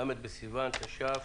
ל' בסיון התש"ף.